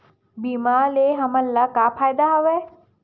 बीमा ले हमला का फ़ायदा हवय?